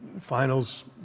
finals